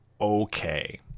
okay